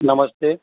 નમસ્તે